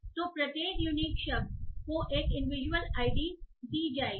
तो प्रत्येक यूनिक शब्द को एक इंडिविजुअल आईडी दी जाएगी